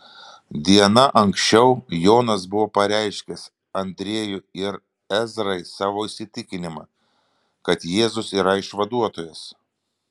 diena anksčiau jonas buvo pareiškęs andriejui ir ezrai savo įsitikinimą kad jėzus yra išvaduotojas